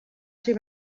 ser